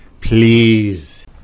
Please